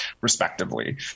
respectively